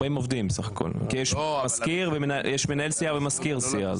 40 עובדים בסך הכול כי יש מנהל סיעה ומזכיר סיעה.